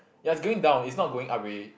ya it's going down it's not going up ready